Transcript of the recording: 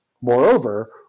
moreover